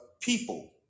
people